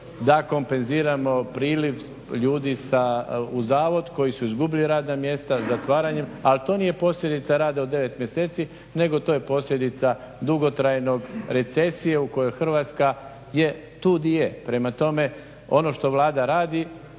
da kompenziramo priljev ljudi u zavod koji su izgubili radna mjesta zatvaranjem, ali to nije posljedica rada u 9 mjeseci nego to je posljedica dugotrajne recesije u kojoj Hrvatska je tu di je. Prema tome, ono što Vlada radi,